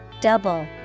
Double